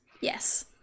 yes